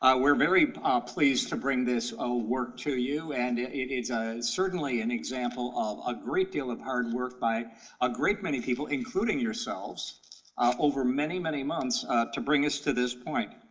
ah we're very ah pleased to bring this ah work to you and it is a certainly an example of a great deal of hard work by a great many people, including yourselves over many many months to bring us to this point.